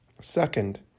Second